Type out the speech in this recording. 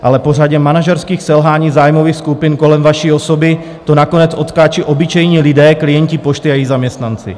Ale po řadě manažerských selhání zájmových skupin kolem vaší osoby to nakonec odskáčou obyčejní lidé, klienti Pošty a její zaměstnanci.